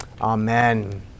Amen